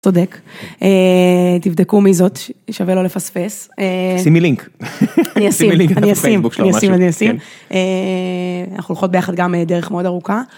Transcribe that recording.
צודק תבדקו מי זאת, שווה לא לפספס. שימי לינק, אני אשים, אני אשים, אנחנו הולכות ביחד גם דרך מאוד ארוכה.